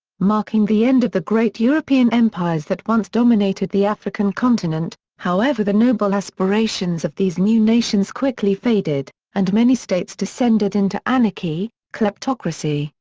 marking the end of the great european empires that once dominated the african continent, however the noble aspirations of these new nations quickly faded, and many states descended into anarchy, kleptocracy,